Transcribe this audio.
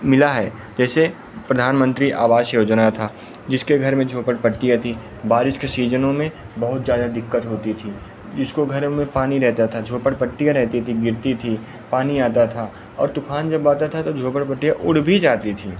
मिला है जैसे प्रधानमन्त्री आवास योजना था जिसके घर में झोपड़ पट्टियाँ थीं बारिश के शीजनों में बहुत ज़्यादा दिक्कत होती थी जिसको घरों में पानी रहता था झोपड़ पट्टियाँ रहती थी गिरती थी पानी आता था और तूफान जब आता था तो झोपड़ पट्टियाँ उड़ भी जाती थी